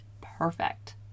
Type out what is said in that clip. perfect